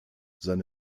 seine